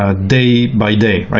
ah day by day.